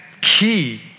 key